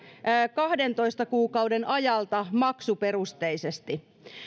kahdentoista kuukauden ajalta maksuperusteisesti